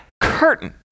curtain